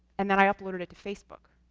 and then i uploaded it to facebook.